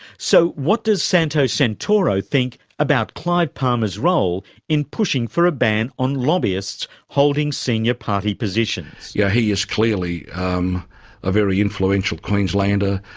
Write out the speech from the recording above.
so what does santo santoro think about clive palmer's role in pushing for a ban on lobbyists holding senior party positions? yeah he is clearly um a very influential queenslander.